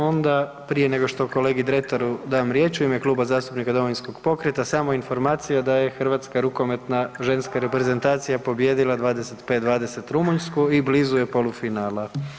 Onda prije nego što kolegi Dretaru dam riječ u ime Kluba zastupnika Domovinskog pokreta samo informacija da je hrvatska rukometna ženska reprezentacija pobijedila 25:20 Rumunjsku i blizu je polufinala.